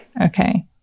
okay